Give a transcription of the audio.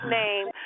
name